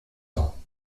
ans